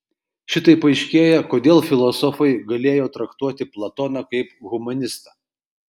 šitaip aiškėja kodėl filosofai galėjo traktuoti platoną kaip humanistą